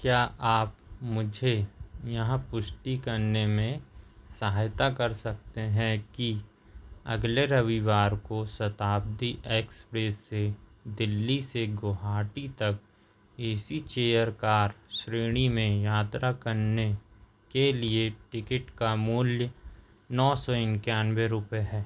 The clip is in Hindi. क्या आप मुझे यह पुष्टि करने में सहायता कर सकते हैं कि अगले रविवार को शताब्दी एक्सप्रेस से दिल्ली से गुवाहाटी तक ए सी चेयर कार श्रेणी में यात्रा करने के लिए टिकट का मूल्य नौ सौ इकानवे रुपये है